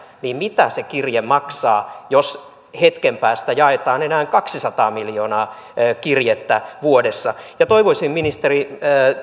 niin mitä se kirje maksaa jos hetken päästä jaetaan enää kaksisataa miljoonaa kirjettä vuodessa ja toivoisin ministeri